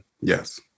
Yes